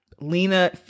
Lena